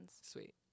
sweet